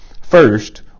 First